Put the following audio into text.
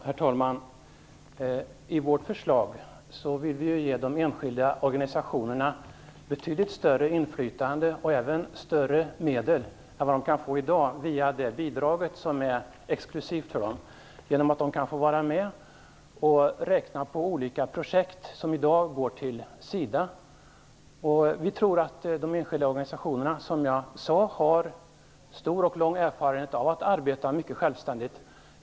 Herr talman! I vårt förslag vill vi ge de enskilda organisationerna betydligt större inflytande och även större medel än de kan få i dag via det bidrag som är exklusivt för dem, genom att de kan få vara med och räkna på olika projekt som i dag går till SIDA. De enskilda organisationerna har stor och lång erfarenhet av att arbeta självständigt.